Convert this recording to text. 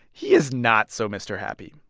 he is not so mr. happy.